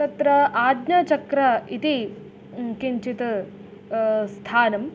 तत्र आज्ञाचक्रम् इति किञ्चित् स्थानम्